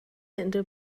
unrhyw